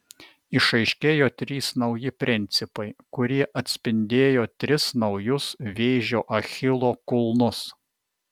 išaiškėjo trys nauji principai kurie atspindėjo tris naujus vėžio achilo kulnus